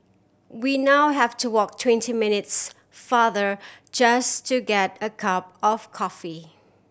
we now have to walk twenty minutes farther just to get a cup of coffee